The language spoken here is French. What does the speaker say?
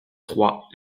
trois